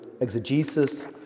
exegesis